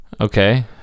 Okay